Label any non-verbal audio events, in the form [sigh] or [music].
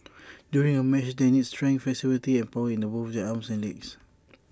[noise] during A match they need strength flexibility and power in both their arms and legs